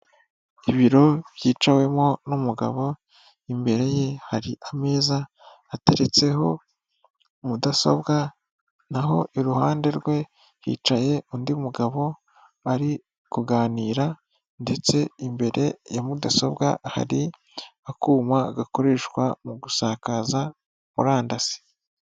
Ibiro byicawemo n'umugabo, imbere ye hari ameza, hateretseho mudasobwa, naho iruhande rwe hicaye undi mugabo, ari kuganira, ndetse imbere ya mudasobwa hari akuma gakoreshwa mu gusakaza murandasi.